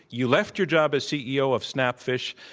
you left your job as ceo of snapfish,